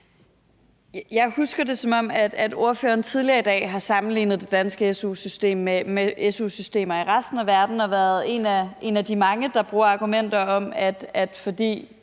Jeg husker det, som om ordføreren tidligere i dag har sammenlignet det danske su-system med su-systemer i resten af verden og har været en af de mange, der bruger argumenter om, at fordi